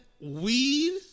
Weed